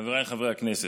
חבריי חברי הכנסת,